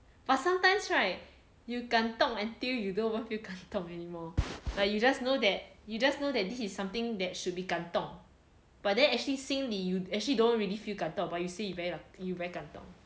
but sometimes right you 感动 until you don't even feel 感动 anymore like you just know that you just know that this is something that should be 感动 but then actually 心里 you actually don't really feel 感动 about you say you very lu~ you very 感动